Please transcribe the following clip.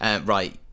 Right